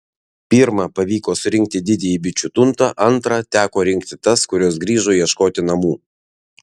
pirmą pavyko surinkti didįjį bičių tuntą antrą teko rinkti tas kurios grįžo ieškoti namų